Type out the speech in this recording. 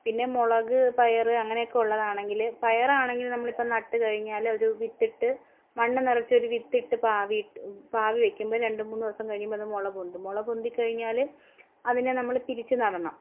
പിന്നെ മുളക് പയർ അങ്ങനെയൊക്കെ ഉള്ളതാണെങ്കിൽ പയറാണെങ്കിൽ നമ്മളിപ്പം നട്ട് കഴിഞ്ഞാൽ ഒരു വിത്തിട്ട് മണ്ണ് നിറച്ചൊരു വിത്തിട്ട് പാവിയിട്ട് പാവി വെക്കുമ്പോൾ രണ്ട് മൂന്ന് ദിവസം കഴിയുമ്പോൾ ഇത് മുള പൊന്തും മുള പൊന്തി കഴിഞ്ഞാൽ അതിനെ നമ്മൾ പിരിച്ച് നടണം